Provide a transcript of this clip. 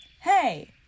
Hey